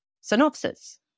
Synopsis